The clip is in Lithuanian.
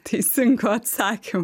teisingo atsakymo